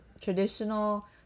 traditional